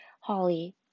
Holly